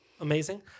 Amazing